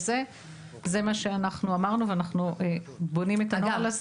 זה מה שאנחנו אמרנו ואנחנו בונים את הנוהל הזה.